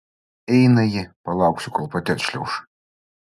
eina ji palauksiu kol pati atšliauš